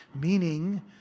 meaning